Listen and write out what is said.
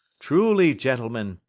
truly, gentlemen,